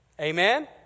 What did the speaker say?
Amen